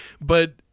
But-